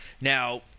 Now